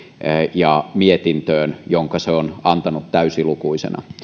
ja mietintöön jonka se on antanut täysilukuisena